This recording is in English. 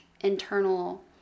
internal